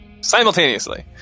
Simultaneously